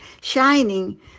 shining